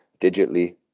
digitally